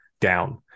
down